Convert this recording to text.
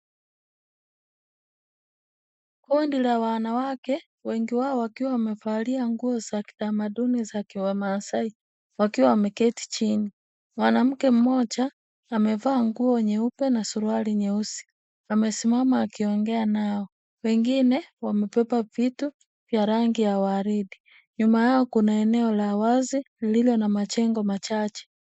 Kundi la wanawake wengi wao wakiwa wamevalia nguo za kitamaduni za kiwamasai wameketi chini. Mwanamke mmoja amevaa nguo nyeupe na suruali nyeusi amesimama akiongea nao. Wengine wamebeba vitu vya rangi ya waridi . Nyuma yao kuna eneo la wazi lililo na majengo machache.